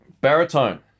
Baritone